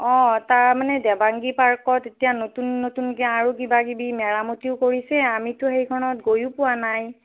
অঁ তাৰমানে দেবাংগী পাৰ্কত এতিয়া নতুন নতুনকৈ আৰু কিবাকিবি মেৰামতিও কৰিছে আমিতো সেইখনত গৈয়ো পোৱা নাই